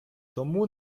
тому